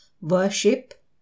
worship